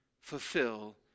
fulfill